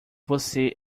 você